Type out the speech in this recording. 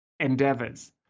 endeavors